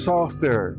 Softer